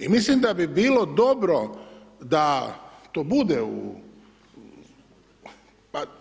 I mislim da bi bilo dobro da to bude,